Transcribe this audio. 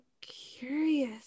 curious